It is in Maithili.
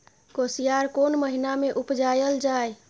कोसयार कोन महिना मे उपजायल जाय?